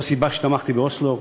זו הסיבה שתמכתי באוסלו.